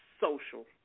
social